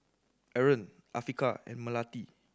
Aaron Afiqah and Melati